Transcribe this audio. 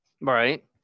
Right